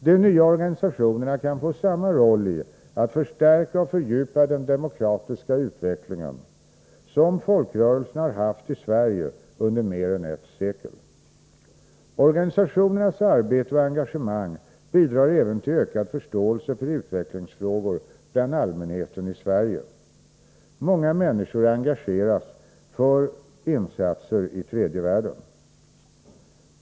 De nya organisationerna kan få samma roll i fråga om att förstärka och fördjupa den demokratiska utvecklingen som folkrörelserna har haft i Sverige under mer än ett sekel. Organisationernas arbete och engagemang bidrar även till ökad förståelse för utvecklingsfrågor bland allmänheten i Sverige. Många människor engageras för insatser i tredje världen.